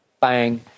Bang